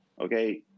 okay